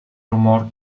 rumor